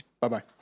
Bye-bye